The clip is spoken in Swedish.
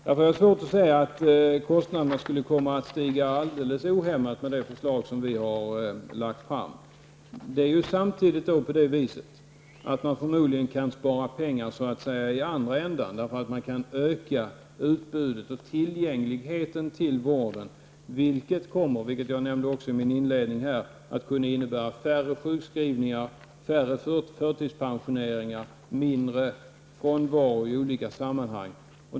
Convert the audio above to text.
Jag har svårt att förstå att kostnaderna skulle komma att stiga alldeles ohämmat med det förslag som vi har lagt fram. Det är samtidigt så att man förmodligen kan spara pengar så att säga i andra änden, vi kan öka utbudet och tillgängligheten till vården, vilket kommer -- det nämnde jag också i mitt inledningsanförande -- att innebära färre sjukskrivningar, färre förtidspensioneringar och mindre frånvaro i olika sammanhang.